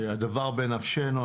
הדבר בנפשנו,